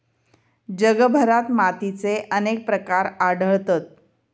जगभरात मातीचे अनेक प्रकार आढळतत